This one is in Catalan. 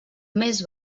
més